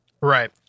Right